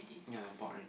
ya I bought already